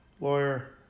lawyer